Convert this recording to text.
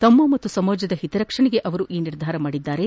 ತಮ್ಮ ಮತ್ತು ಸಮಾಜದ ಹಿತರಕ್ಷಣೆಯಿಂದ ಅವರು ಈ ನಿರ್ಧಾರ ಮಾಡಿದ್ದಾರೆ